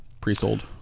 pre-sold